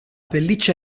pelliccia